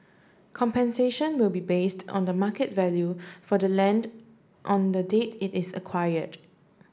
compensation will be based on the market value for the land on the date it is acquired